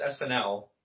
SNL